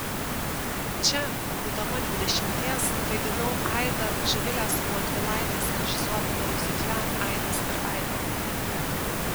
čia būdama dvidešimties vaidinau aidą živilės montvilaitės režisuotame miuzikle aidas ir aida